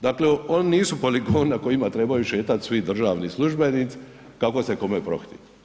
Dakle oni nisu poligoni na kojima trebaju šetati svi državni službenici kako se kome prohtije.